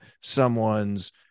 someone's